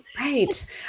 Right